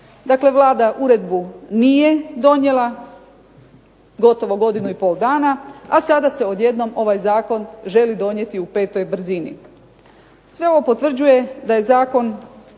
Vlada uredbu nije donijela gotovo godinu i pol dana, a sada se odjednom ovaj zakon želi donijeti u petoj brzini. Sve ovo potvrđuje da je zakon